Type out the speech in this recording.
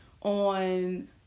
on